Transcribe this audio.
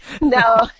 No